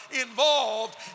involved